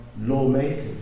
lawmakers